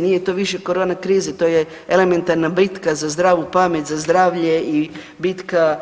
Nije to više corona kriza, to je elementarna bitka za zdravu pamet, za zdravlje i bitka